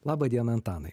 laba diena antanai